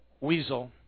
Weasel